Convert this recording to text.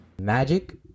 Magic